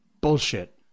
Bullshit